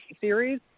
series